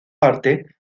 parte